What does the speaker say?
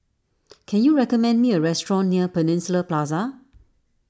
can you recommend me a restaurant near Peninsula Plaza